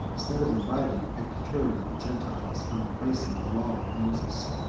instead of inviting, had deterred the gentiles from embracing the law of moses.